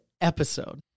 episode